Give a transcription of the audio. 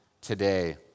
today